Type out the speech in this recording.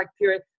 period